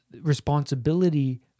responsibility